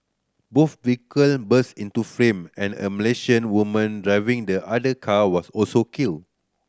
both vehicle burst into flame and a Malaysian woman driving the other car was also killed